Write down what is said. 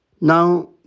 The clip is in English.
Now